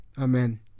Amen